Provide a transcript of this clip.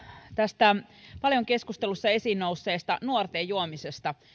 tästä paljon keskustelussa esiin nousseesta nuorten juomisesta